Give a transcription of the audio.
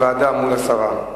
על ועדה מול הסרה.